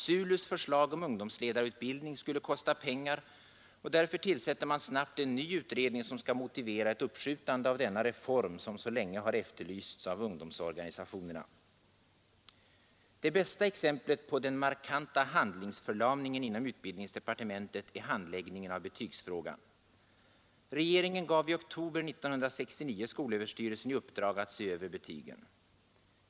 SULUs förslag om ungdomsledarutbildning skulle kosta pengar, och därför tillsätter man snabbt en ny utredning, som skall motivera ett uppskjutande av denna reform, som så länge efterlysts av ungdomsorganisationerna. Det bästa exemplet på den markanta handlingsförlamningen inom utbildningsdepartementet är handläggningen av betygsfrågan. Regeringen gav i oktober 1969 skolöverstyrelsen i uppdrag att se över betygen.